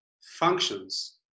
functions